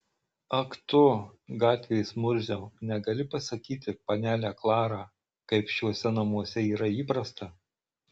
ak tu gatvės murziau negali pasakyti panelę klarą kaip šiuose namuose yra įprasta